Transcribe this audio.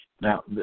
now